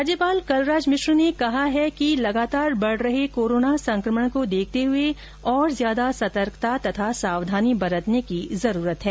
राज्यपाल कलराज मिश्र ने कहा है कि लगातार बढ रहे कोरोना संकमण को देखते हुए और ज्यादा सतर्कता तथा सावधानी बरतने की जरूरत है